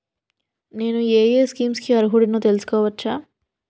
నేను యే యే స్కీమ్స్ కి అర్హుడినో తెలుసుకోవచ్చా?